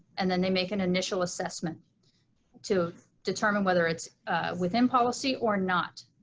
and then they make an initial assessment to determine whether it's within policy or not.